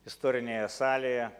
istorinėje salėje